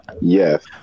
Yes